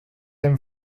him